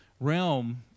realm